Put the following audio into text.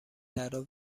طراح